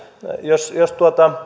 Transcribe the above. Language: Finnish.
jos jos